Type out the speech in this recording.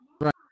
right